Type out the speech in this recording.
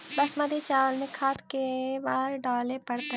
बासमती चावल में खाद के बार डाले पड़तै?